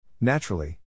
Naturally